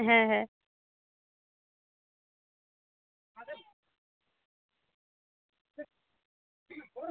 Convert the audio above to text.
হ্যাঁ হ্যাঁ